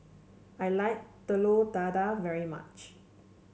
I like Telur Dadah very much